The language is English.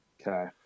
Okay